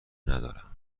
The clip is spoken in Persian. ندارم